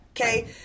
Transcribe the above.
Okay